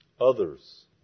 Others